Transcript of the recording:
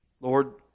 Lord